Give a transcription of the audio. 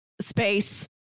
space